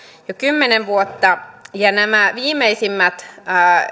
jo kymmenen vuotta ja nämä viimeisimmät